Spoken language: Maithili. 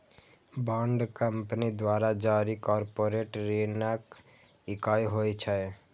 बांड कंपनी द्वारा जारी कॉरपोरेट ऋणक इकाइ होइ छै